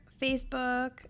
Facebook